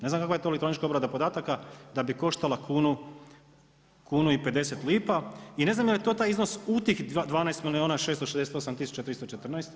Ne znam kakva je to elektronička obrada podataka da bi koštala kunu i 50 lipa i ne znam jel' je to taj iznos u tih 12 milijuna 668 tisuća 344.